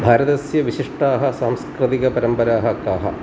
भारतस्य विशिष्टाः सांस्कृतिकपरम्पराः काः